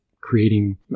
creating